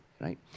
right